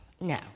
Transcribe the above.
No